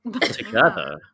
together